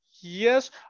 Yes